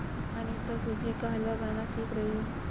अनीता सूजी का हलवा बनाना सीख रही है